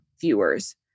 viewers